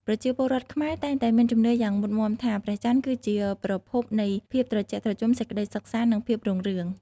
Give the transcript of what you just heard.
ប្រជាពលរដ្ឋខ្មែរតែងតែមានជំនឿយ៉ាងមុតមាំថា ព្រះច័ន្ទគឺជាប្រភពនៃភាពត្រជាក់ត្រជុំ សេចក្តីសុខសាន្ត និងភាពរុងរឿង។